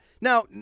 Now